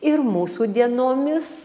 ir mūsų dienomis